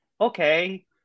Okay